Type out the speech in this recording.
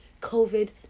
covid